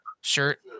shirt